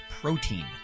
Protein